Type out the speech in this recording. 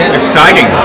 exciting